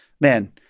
Man